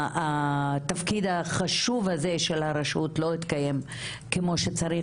התפקיד החשוב הזה של הרשות לא התקיים כמו שצריך.